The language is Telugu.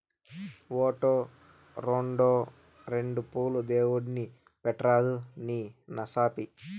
ఓటో, రోండో రెండు పూలు దేవుడిని పెట్రాదూ నీ నసాపి